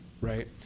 right